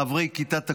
חברי כיתת הכוננות.